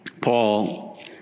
Paul